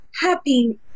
happy